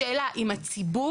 השאלה אם הציבור,